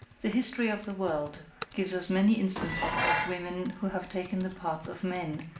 the history of the world gives us many instances of women who have taken the parts of men,